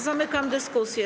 Zamykam dyskusję.